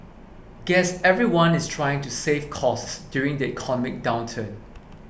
guess everyone is trying to save costs during the economic downturn